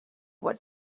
what